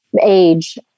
age